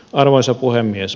arvoisa puhemies